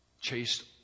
Chased